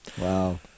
Wow